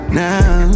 now